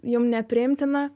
jum nepriimtina